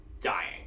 dying